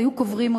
היו קוברים אותן.